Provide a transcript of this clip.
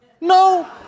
No